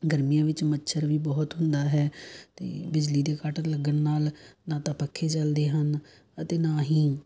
ਗਰਮੀਆਂ ਵਿੱਚ ਮੱਛਰ ਵੀ ਬਹੁਤ ਹੁੰਦਾ ਹੈ ਅਤੇ ਬਿਜਲੀ ਦੇ ਕੱਟ ਲੱਗਣ ਨਾਲ ਨਾ ਤਾਂ ਪੱਖੇ ਚਲਦੇ ਹਨ ਅਤੇ ਨਾ ਹੀ